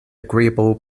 agreeable